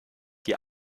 die